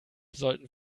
sollten